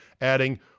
adding